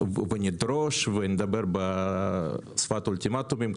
ונדרוש ונדבר בשפת אולטימטומים.